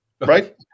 right